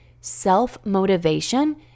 self-motivation